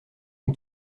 une